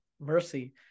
mercy